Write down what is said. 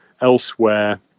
Elsewhere